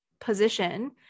position